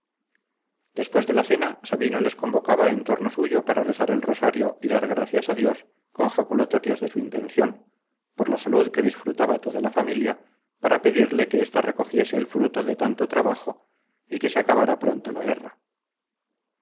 después de la cena sabino les convocaba en torno suyo para rezar el rosario y dar gracias a dios con jaculatorias de su invención por la salud que disfrutaba toda la familia para pedirle que esta recogiese el fruto de tanto trabajo y que se acabara pronto la guerra